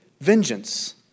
vengeance